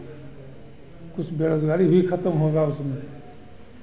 कुछ बेरोज़गारी भी खतम होगा उसमें